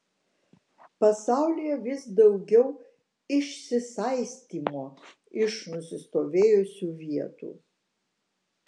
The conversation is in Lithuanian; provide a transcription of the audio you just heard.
pasaulyje vis daugiau išsisaistymo iš nusistovėjusių vietų